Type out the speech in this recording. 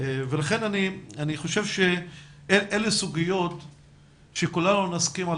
אני חושב שאלה סוגיות שכולנו נסכים על